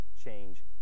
change